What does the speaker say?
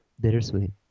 bittersweet